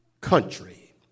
country